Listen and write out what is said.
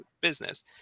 business